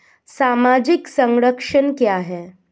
सामाजिक संरक्षण क्या है?